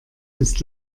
ist